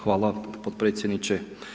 Hvala potpredsjedniče.